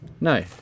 No